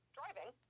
driving